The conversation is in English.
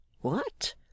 What